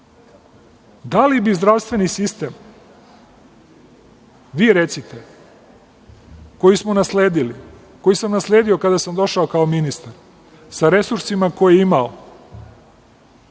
li bi zdravstveni sistem, recite, koji smo nasledili, koji sam nasledio kada sam došao kao ministar, sa resursima koje je imao,